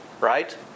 right